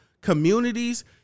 communities